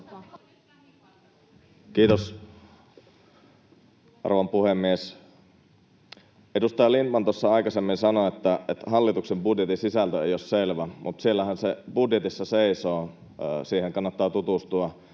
Kiitos, arvon puhemies! Edustaja Lindtman tuossa aikaisemmin sanoi, että hallituksen budjetin sisältö ei ole selvä, mutta siellähän se budjetissa seisoo — siihen kannattaa tutustua